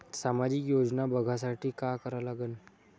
सामाजिक योजना बघासाठी का करा लागन?